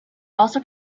also